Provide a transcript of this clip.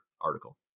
article